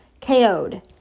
KO'd